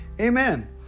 Amen